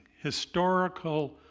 historical